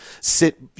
sit